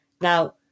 Now